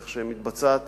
כך שמתבצעת